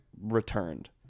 returned